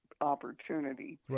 opportunity